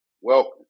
Welcome